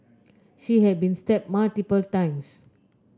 she had been stabbed multiple times